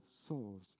souls